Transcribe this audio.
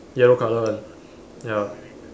yellow color one ya